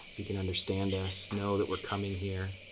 you can understand us, know that we're coming here